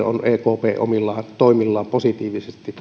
on ekp omilla toimillaan positiivisesti